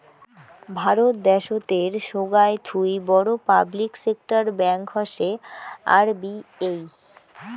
ভারত দ্যাশোতের সোগায় থুই বড় পাবলিক সেক্টর ব্যাঙ্ক হসে আর.বি.এই